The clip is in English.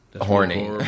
horny